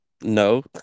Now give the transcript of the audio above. no